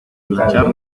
planchar